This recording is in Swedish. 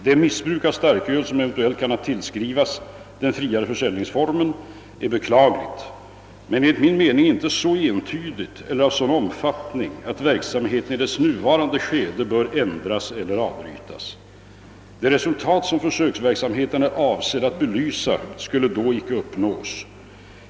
Det missbruk av starköl som eventuellt kan tillskrivas den friare försäljningsformen är beklagligt men enligt min mening inte så entydigt eller av sådan omfattning att verksamheten i dess nuvarande skede bör ändras eller avbrytas. Det resultat som försöksverksamheten är avsedd att belysa skulle då icke uppnås.